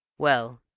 well,